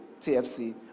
TFC